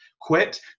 Quit